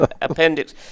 appendix